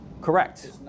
Correct